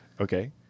Okay